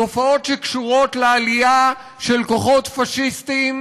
תופעות שקשורות לעלייה של כוחות פאשיסטיים,